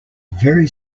very